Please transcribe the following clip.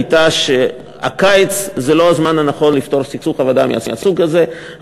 הייתה שהקיץ הוא לא הזמן הנכון לפתור סכסוך עבודה מסוג כזה,